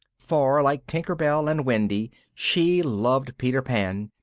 for, like tinker bell and wendy, she loved peter pan,